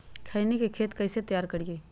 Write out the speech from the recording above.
खैनी के खेत कइसे तैयार करिए?